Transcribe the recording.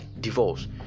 divorce